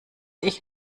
ich